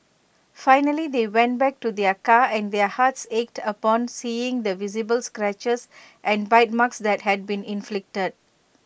finally they went back to their car and their hearts ached upon seeing the visible scratches and bite marks that had been inflicted